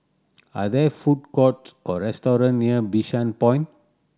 are there food courts or restaurant near Bishan Point